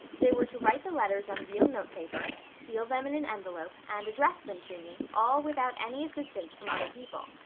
they were to write the letters on real note paper, seal them in an envelope, and address them to me, all without any assistance from other people.